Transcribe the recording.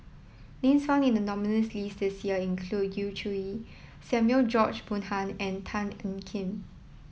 names found in the nominees' list this year include Yu Zhuye Samuel George Bonham and Tan Ean Kiam